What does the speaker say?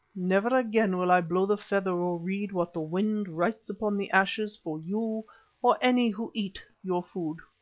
never again will i blow the feather or read what the wind writes upon the ashes for you or any who eat your food.